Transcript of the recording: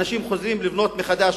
ואנשים חוזרים לבנות מחדש,